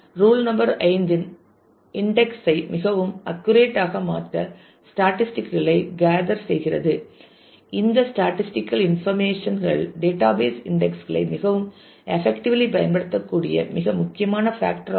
rule number 5 index usageஐ மிகவும் accurate ஆக மாற்ற ஸ்டேட்டிஸ்டிக் களை கேதர் செய்கிறது இந்த ஸ்டேட்டிஸ்டிகல் இன்ஃபர்மேஷன் கள் டேட்டாபேஸ் இன்டெக்ஸ்களை மிகவும் எபெக்ட்டிவிலி பயன்படுத்தக்கூடிய மிக முக்கியமான ஃபேக்டர் ஆகும்